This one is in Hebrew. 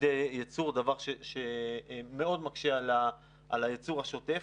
עובדי ייצור, דבר שמאוד מקשה על הייצור השוטף.